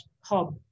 hub